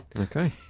Okay